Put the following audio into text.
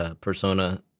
persona